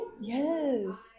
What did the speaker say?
Yes